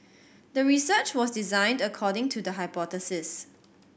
the research was designed according to the hypothesis